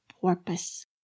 porpoise